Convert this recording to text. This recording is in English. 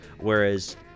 whereas